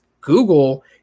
Google